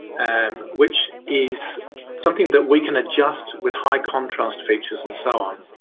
and which is something that we can adjust with high contrast features and so on.